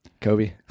Kobe